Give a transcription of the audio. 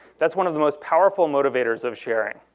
that's one of the most powerful motivators of sharing.